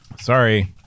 Sorry